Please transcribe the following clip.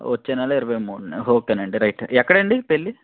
వచ్చే నెల ఇరవై మూడుని ఓకే అండి రైట్ అండి ఎక్కడ అండి పెళ్ళి